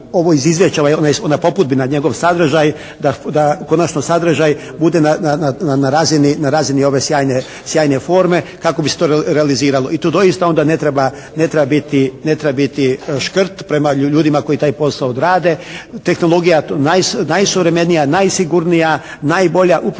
ovo iz izvješća, ona poputbina, njegov sadržaj, da konačno sadržaj bude na razini ove sjajne forme kako bi se to realiziralo. I tu doista onda ne treba, ne treba biti škrt prema ljudima koji taj posao rade. Tehnologija najsuvremenija, najsigurnija, najbolja upravo